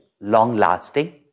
long-lasting